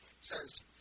says